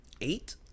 Eight